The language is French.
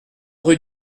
rue